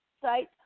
sites